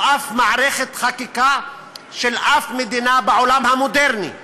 או אף מערכת חקיקה של אף מדינה בעולם המודרני,